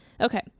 Okay